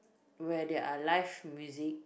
where there are live music